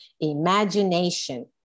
imagination